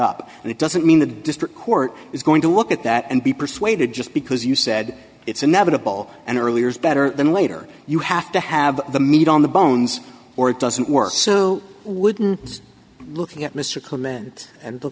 up and it doesn't mean the district court is going to look at that and be persuaded just because you said it's inevitable and earlier is better than later you have to have the meat on the bones or it doesn't work so wouldn't looking at mr command and the